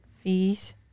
fees